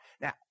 Now